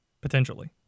potentially